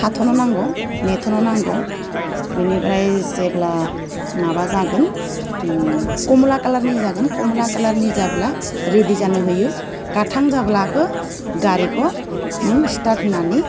थाथ'नो नांगौ नेथ'नो नांगौ बेनिफ्राय जेब्ला माबा जागोन गोमो कालारनि जागोन गोमो कालारनि जाब्ला रेदि जानो होयो गाथां जाब्लासो गारिखौ नों स्तार्ट होनानै